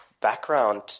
background